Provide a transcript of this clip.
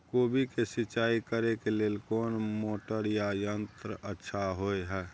कोबी के सिंचाई करे के लेल कोन मोटर या यंत्र अच्छा होय है?